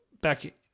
back